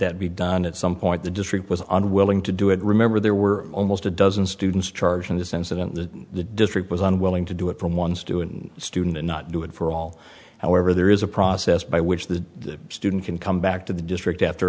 that be done at some point the district was unwilling to do it remember there were almost a dozen students charged in this incident that the district was unwilling to do it from ones to and student to not do it for all however there is a process by which the student can come back to the district after